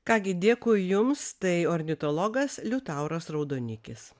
ką gi dėkui jums tai ornitologas liutauras raudonikis